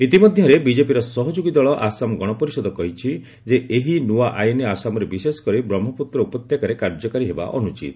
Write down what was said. ଇତିମଧ୍ୟରେ ବିଜେପିର ସହଯୋଗୀ ଦଳ ଆସାମ ଗଣପରିଷଦ କହିଛି ଯେ ଏହି ନୂଆ ଆଇନ୍ ଆସାମରେ ବିଶେଷକରି ବ୍ରହ୍ମପୁତ୍ର ଉପତ୍ୟକାରେ କାର୍ଯ୍ୟକାରୀ ହେବା ଅନୁଚିତ